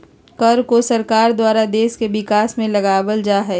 कर को सरकार द्वारा देश के विकास में लगावल जा हय